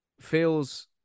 feels